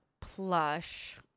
plush